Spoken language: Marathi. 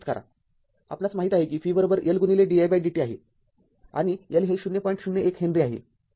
आपणास माहीत आहे कि vLdidt आहे आणि L हे ०